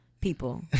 people